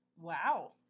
Wow